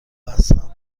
هستم